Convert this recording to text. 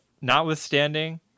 Notwithstanding